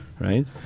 right